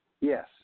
Yes